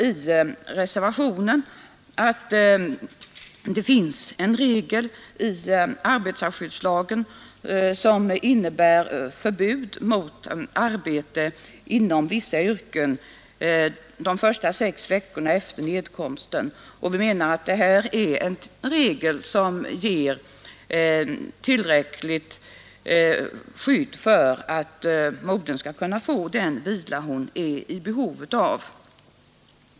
Vi reservanter påpekar att det finns en regel i arbetarskyddslagen som innebär förbud mot arbete inom vissa yrken under de första sex veckorna efter nedkomsten, och vi menar att den regeln ger tillräckligt skydd för att modern skall kunna få den vila hon är i behov av.